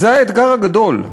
זה האתגר הגדול.